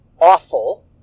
awful